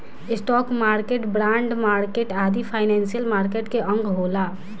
stock market, bond market आदि financial market के अंग होला